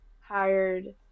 hired